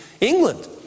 England